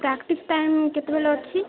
practice time କେତେବେଳେ ଅଛି